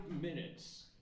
minutes